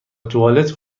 توالت